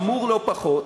או חמור לא פחות.